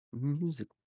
Music